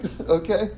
Okay